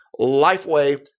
LifeWay